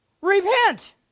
Repent